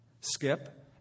Skip